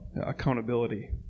accountability